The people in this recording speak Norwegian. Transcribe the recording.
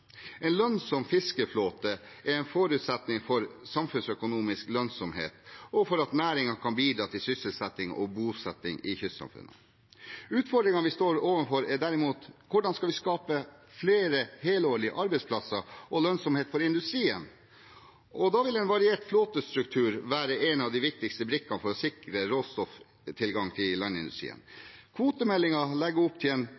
En lønnsom fiskeflåte er en forutsetning for samfunnsøkonomisk lønnsomhet og for at næringen kan bidra til sysselsetting og bosetting i kystsamfunnene. Utfordringene vi står overfor, er derimot hvordan vi kan skape flere helårige arbeidsplasser og lønnsomhet for industrien, og da vil en variert flåtestruktur være en av de viktigste brikkene for å sikre råstofftilgang til landindustrien. Kvotemeldingen legger opp